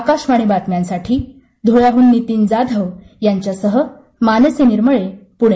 आकाशवाणी बातम्यांसाठी धुळ्याहून नितीन जाधव यांच्यासहमानसी निर्मळे पुणे